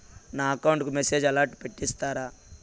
నా అకౌంట్ కి message alert పెట్టిస్తారా